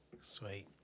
Sweet